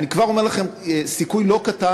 אני כבר אומר לכם, סיכוי לא קטן,